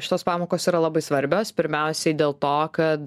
šitos pamokos yra labai svarbios pirmiausiai dėl to kad